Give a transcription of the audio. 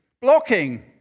blocking